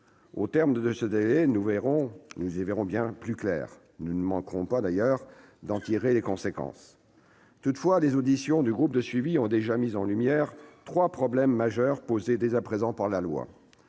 Au terme de ce délai, nous y verrons plus clair et nous ne manquerons pas d'en tirer les conséquences. Toutefois, les auditions du groupe de suivi ont déjà mis en lumière trois problèmes majeurs posés dès à présent par la loi.